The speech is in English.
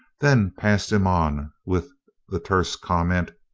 then passed him on with the terse comment,